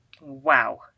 Wow